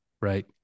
right